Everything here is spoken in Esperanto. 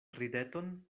rideton